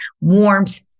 warmth